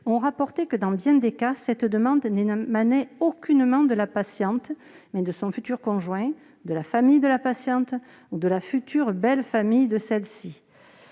ont rapporté que, dans bien des cas, cette demande n'émanait aucunement de la patiente, mais de son futur conjoint, de la famille de la patiente ou de la future belle-famille de celle-ci.